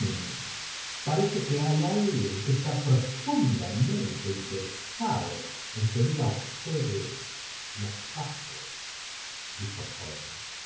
parece que hay quien está protun sámente interesado en seguir á ustedes los pasos predijo